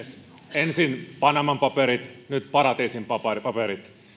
ensin panaman paperit nyt paratiisin paperit paperit